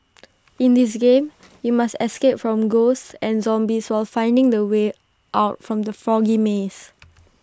in this game you must escape from ghosts and zombies while finding the way out from the foggy maze